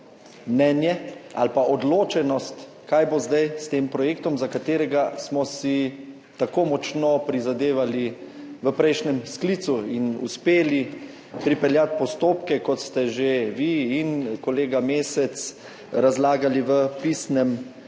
mnenje ali pa odločenost, kaj bo zdaj s tem projektom, za katerega smo si tako močno prizadevali v prejšnjem sklicu in uspeli pripeljati postopke, kot ste že kolega Mesec in vi razlagali v pisnem